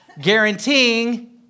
guaranteeing